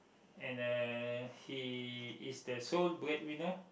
and uh he is the sole breadwinner